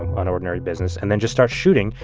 on ordinary business and then just start shooting,